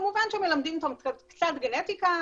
כמובן שמלמדים אותם קצת גנטיקה,